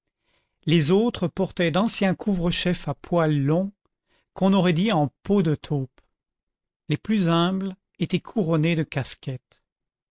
les autres portaient d'anciens couvre chefs à poils longs qu'on aurait dits en peau de taupe les plus humbles étaient couronnés de casquettes